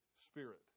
Spirit